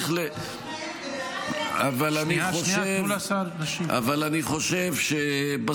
אבל גם אני חושב שצריך ----- שנייה,